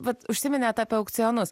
vat užsiminėt apie aukcionus